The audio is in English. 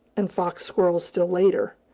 and fox squirrels still later.